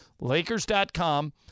Lakers.com